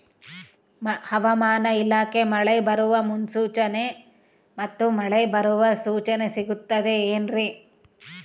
ಹವಮಾನ ಇಲಾಖೆ ಮಳೆ ಬರುವ ಮುನ್ಸೂಚನೆ ಮತ್ತು ಮಳೆ ಬರುವ ಸೂಚನೆ ಸಿಗುತ್ತದೆ ಏನ್ರಿ?